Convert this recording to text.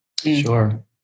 Sure